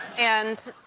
and